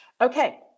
Okay